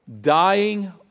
dying